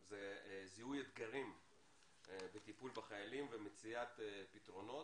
זה זיהוי אתגרים בטיפול בחיילים ומציאת פתרונות,